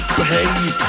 behave